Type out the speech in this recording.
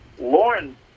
Lauren